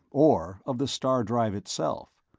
or of the star-drive itself.